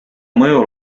mõju